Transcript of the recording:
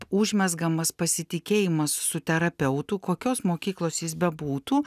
užmezgamas pasitikėjimas su terapeutu kokios mokyklos jis bebūtų